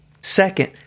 Second